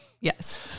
Yes